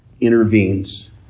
intervenes